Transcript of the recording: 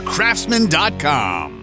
Craftsman.com